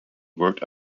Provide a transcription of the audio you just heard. worked